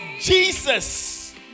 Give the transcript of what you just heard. Jesus